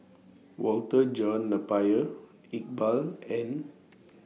Walter John Napier Iqbal and